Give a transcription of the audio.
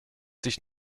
dich